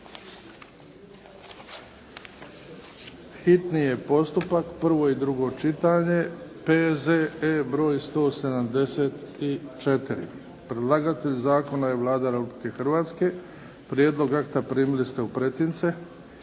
hitni postupak, prvo i drugo čitanje, P.Z.E. br. 174. Predlagatelj zakona je Vlada Republike Hrvatske. Prijedlog akta primili ste u pretince.